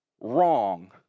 wrong